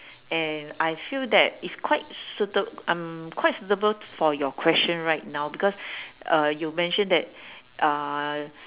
and I feel that it's quite suited um quite suitable for your question right now because uh you mention that uh